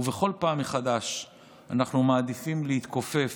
ובכל פעם מחדש אנחנו מעדיפים להתכופף,